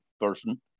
person